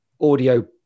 audio